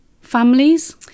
families